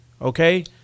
okay